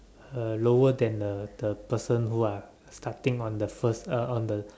uh lower than the the person who are starting on the first uh on the